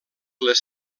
les